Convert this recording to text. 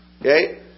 Okay